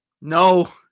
No